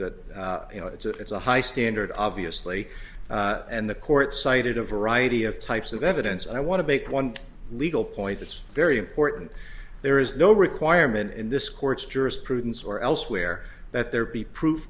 that you know it's a it's a high standard obviously and the court cited a variety of types of evidence and i want to make one legal point it's very important there is no requirement in this court's jurisprudence or elsewhere that there be proof